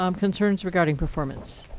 um concerns regarding performance?